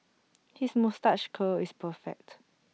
his moustache curl is perfect